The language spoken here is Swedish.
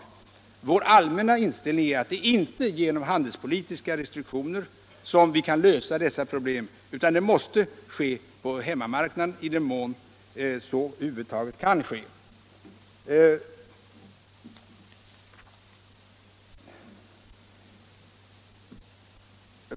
Men vår allmänna inställning är att det inte är genom handelspolitiska restriktioner som vi kan lösa dessa problem, utan det måste ske på hemmamarknaden, i den mån så över huvud taget kan ske.